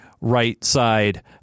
right-side